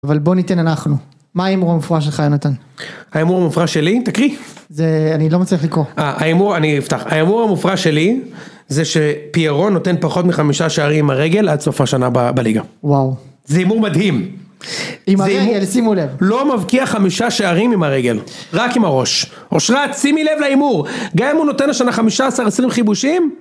אבל בוא ניתן אנחנו, מה ההימור המופרע שלך יונתן? ההימור המופרע שלי, תקריא. זה, אני לא מצליח לקרוא. ההימור, אני אפתח, ההימור המופרע שלי, זה שפיירון נותן פחות מחמישה שערים עם הרגל עד סוף השנה בליגה. וואו. זה הימור מדהים. עם הרגל, שימו לב. לא מבקיע חמישה שערים עם הרגל, רק עם הראש. אושרת, שימי לב להימור. גם אם הוא נותן השנה חמישה עשר עשרים חיבושים